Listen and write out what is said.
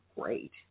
great